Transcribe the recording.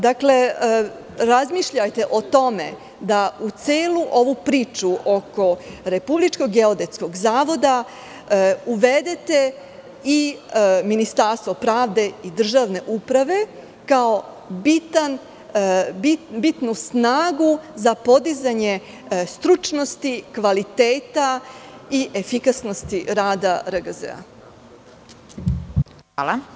Dakle, razmišljajte o tome da u celu ovu priču oko Republičkog geodetskog zavoda uvedete i Ministarstvo pravde i državne uprave kao bitnu snagu za podizanje stručnosti, kvaliteta i efikasnosti rada RGZ-a.